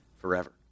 forever